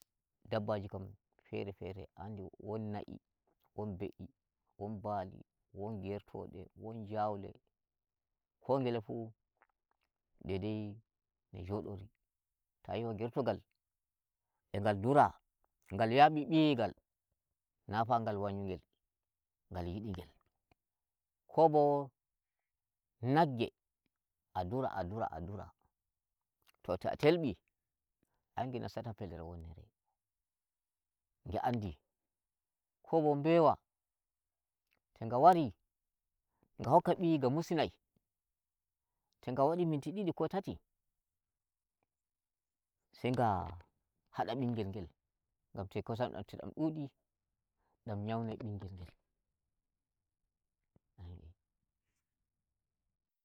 Dabbaji kam fere fere a andi wo won ndi, won be'i, won nbali, won gertode ko ngele fu dedei nde jodori. ta yi mo gertogal e ngal dura ngal yaɓi ɓiye ngal, na fa ngal nwayu ngel, ngal yidi ngel ko bo nagge a dura a dura a dura, to ta'a telɓi a ngek nassata fellere wonnere ge andi ko bo mbewa to nga wari nga hokka ɓiyi nga musinai, to nga wadi minti didi ko tati, sai nga hada bingel ngel, ngam kosam dam to dam dudi dam nyaunai ɓingel ngel.